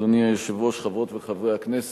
אדוני היושב-ראש, חברות וחברי הכנסת,